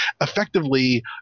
effectively